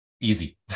Easy